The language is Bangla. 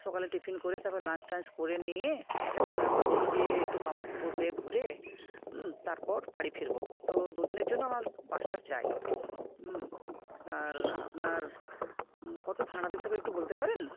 সকালে টিফিন করে তারপর লাঞ্চ টাঞ্চ করে নিয়ে আমরা ভাবছি যে একটু কামারপুকুর হয়ে ঘুরে তারপর বাড়ি ফিরব তো দুদিনের জন্য আমার বাসটা চাই আর আপনার কত ভাড়া দিতে হবে একটু বলতে পারেন